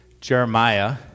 Jeremiah